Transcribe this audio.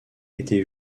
été